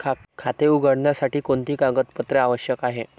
खाते उघडण्यासाठी कोणती कागदपत्रे आवश्यक आहे?